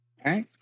Okay